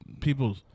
People